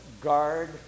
guard